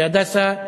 ב"הדסה",